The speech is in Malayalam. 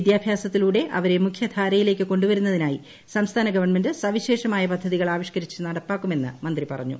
വിദ്യാഭ്യാസത്തിലൂടെ അവരെ മുഖ്യധാരയിലേക്ക് കൊണ്ടുവരുന്നതിനായി സംസ്ഥാന ഗവൺമെന്റ് സവിശേഷമായ പദ്ധതികൾ ആവിഷ്കരിച്ച് നടപ്പാക്കുമെന്ന് മന്ത്രി പറഞ്ഞു